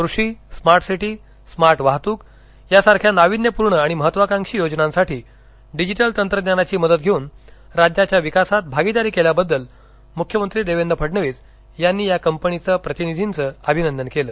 कृषी smart city smart वाहतूक यासारख्या नाविन्यपूर्ण आणि महत्वाकांक्षी योजनांसाठी डिजिटल तंत्रज्ञानाची मदत देऊन राज्याच्या विकासात भागिदारी केल्याबद्दल मुख्यमंत्री देवेंद्र फडणवीस यांनी या कंपनीच्या प्रतिनीधींचं अभिनंदन केलं